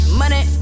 money